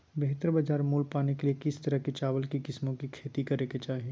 बेहतर बाजार मूल्य पाने के लिए किस तरह की चावल की किस्मों की खेती करे के चाहि?